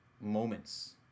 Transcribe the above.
moments